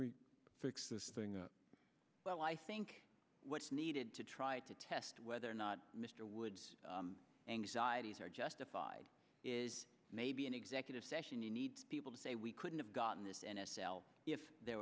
we fix this thing well i think what's needed to try to test whether or not mr wood's anxieties are justified is maybe an executive session you need people to say we couldn't have gotten this s l if there